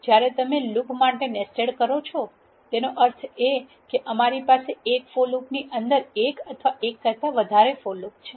જ્યારે તમે લૂપ માટે નેસ્ટેડ કહો છો તેનો અર્થ એ કે અમારી પાસે એક ફોર લુપની અંદર એક અથવા એક કરતા વધારે ફોર લુપ છે